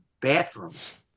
bathrooms